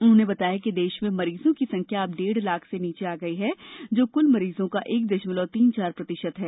उन्होंने बताया कि देश में मरीजों की संख्या अब डेढ लाख से नीचे आ गई है जो कुल मरीजों का एक दशमलव तीन चार प्रतिशत है